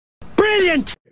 Brilliant